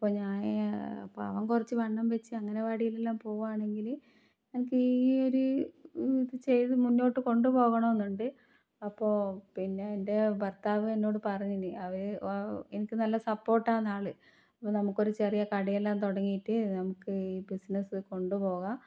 അപ്പം ഞാൻ അപ്പം അവൻ കുറച്ച് വണ്ണം വെച്ച് അങ്കനവാടീലെല്ലാം പോവാണെങ്കിൽ എനിക്ക് ഈ ഒരു ഇത് ചെയ്ത് മുന്നോട്ട് കൊണ്ട് പോകണമെന്നുണ്ട് അപ്പോൾ പിന്നെ എൻ്റെ ഭർത്താവ് എന്നോട് പറഞ്ഞിനി അവർ വ എനിക്ക് നല്ല സപ്പോർട്ടാന്നാൾ അപ്പോൾ നമുക്കൊരു ചെറിയ കടയെല്ലാം തുടങ്ങീട്ട് നമുക്ക് ഈ ബിസിനസ്സ് കൊണ്ട് പോകാം